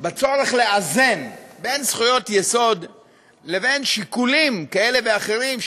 בצורך לאזן בין זכויות יסוד לבין שיקולים כאלה ואחרים,